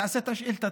תעשה את השאילתה,